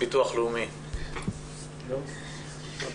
בוקר